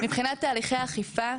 מבחינת תהליכי אכיפה,